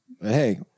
hey